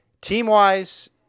Team-wise